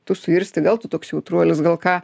tu suirzti gal tu toks jautruolis gal ką